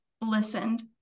listened